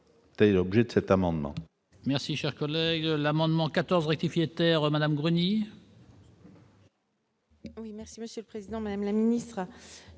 c'est telle objet de cet amendement. Merci, cher collègue, l'amendement 14 rectifier terre Madame Bruni. Oui, merci Monsieur le Président, même la ministre,